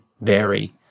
vary